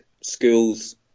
schools